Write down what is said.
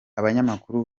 abanyamakuru